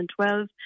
2012